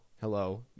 Hello